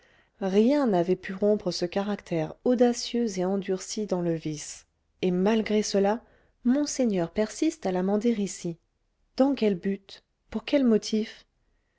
rien n'avait pu rompre ce caractère audacieux et endurci dans le vice et malgré cela monseigneur persiste à la mander ici dans quel but pour quel motif